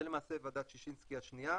זה למעשה ועדת ששינסקי השנייה.